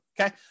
okay